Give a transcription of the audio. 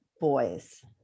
boys